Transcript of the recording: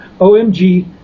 OMG